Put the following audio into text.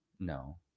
no